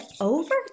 over